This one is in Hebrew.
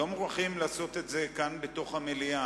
לא מוכרחים לעשות את זה כאן בתוך המליאה.